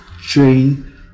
train